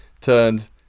turned